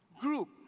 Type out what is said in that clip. group